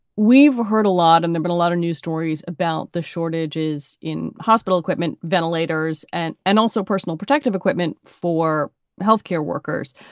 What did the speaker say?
we've heard a lot and they've been a lot of news stories about the shortages in hospital equipment, ventilators and and also personal protective equipment for health care workers.